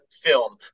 film